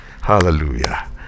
Hallelujah